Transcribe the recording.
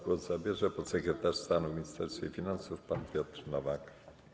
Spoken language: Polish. Głos zabierze podsekretarz stanu w Ministerstwie Finansów pan Piotr Nowak.